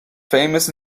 famous